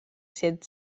said